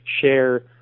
share